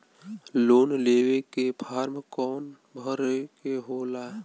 Loan लेवे के form कौन भरे के होला?